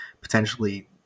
potentially